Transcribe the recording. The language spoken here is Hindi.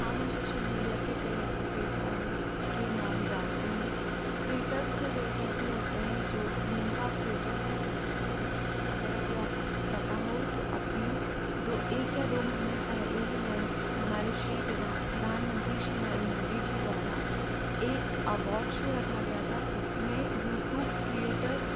हाँ मैं शोशल मीडया के कई ऐसे प्लेटफ़ॉर्म के नाम जानती हूँ जो क्रिएटर्ज़ से रिलेटेड भी होते हैं जो जिनको आप क्रिएटर्ज़ भी कह सकते हैं अगर अभी आपको किस पता हो तो अभी दो एक या दो महीने पहले ही नयन हमारे श्री प्रधा प्रधानमंत्री श्री नरेंद्र मोदी जी द्वारा एक अवॉर्ड शो रखा गया था जिसमें यूटूब क्रिएटर्ज़